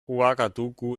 ouagadougou